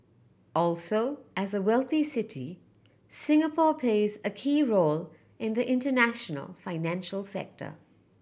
also as a wealthy city Singapore plays a key role in the international financial sector